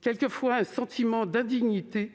quelquefois un sentiment d'indignité,